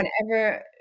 whenever